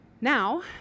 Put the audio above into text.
now